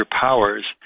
powers